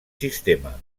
sistema